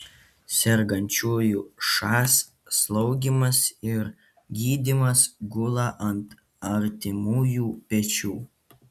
sergančiųjų šas slaugymas ir gydymas gula ant artimųjų pečių